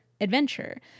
adventure